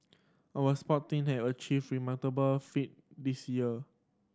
our sport team have achieved remarkable feat this year